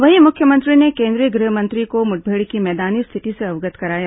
वहीं मुख्यमंत्री ने केंद्रीय गृह मंत्री को मुठभेड़ की मैदानी स्थिति से अवगत कराया